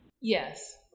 Yes